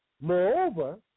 Moreover